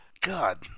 God